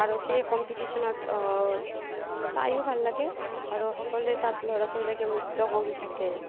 আৰু সেই কম্পিডিচনত চাইও ভাল লাগে আৰু সকলোৱে তাত ল'ৰা ছোৱালীবিলাকে নৃত্য কৰি থাকে